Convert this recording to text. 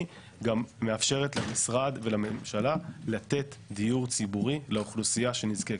מאפשרת למשרד וגם לממשלה לתת דיור ציבורי לאוכלוסייה שנזקקת.